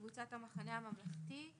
קבוצת המחנה הממלכתי,